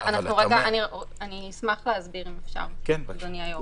אשמח להסביר, אדוני היושב-ראש.